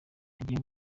agiye